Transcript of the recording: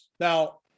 Now